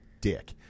dick